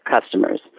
customers